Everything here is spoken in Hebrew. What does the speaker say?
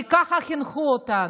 כי ככה חינכו אותנו,